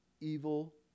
evil